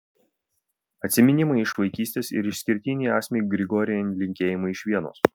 atsiminimai iš vaikystės ir išskirtiniai asmik grigorian linkėjimai iš vienos